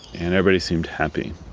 and everybody seemed happy.